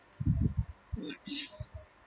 ya